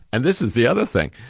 and this is the other thing,